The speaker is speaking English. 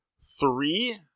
three